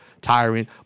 tiring